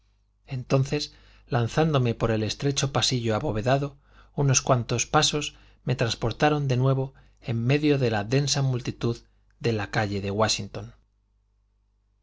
entonces lanzándome por el estrecho pasillo abovedado unos cuantos pasos me transportaron de nuevo en medio de la densa multitud de la calle de wáshington